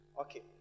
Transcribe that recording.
okay